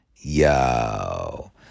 Yo